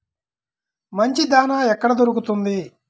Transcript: మంచి దాణా ఎక్కడ దొరుకుతుంది?